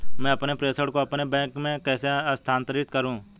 मैं अपने प्रेषण को अपने बैंक में कैसे स्थानांतरित करूँ?